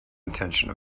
intention